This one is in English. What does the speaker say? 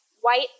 white